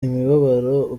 imibabaro